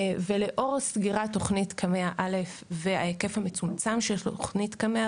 ולאור סגירת תוכנית קמ"ע א' וההיקף המצומצם של תוכנית קמ"ע